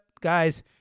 guys